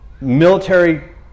military